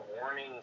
warning